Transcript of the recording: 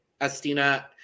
Estina